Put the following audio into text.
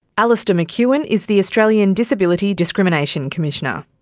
alastair mcewin is the australian disability discrimination commissioner.